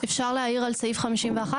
אפשר להעיר על סעיף 51?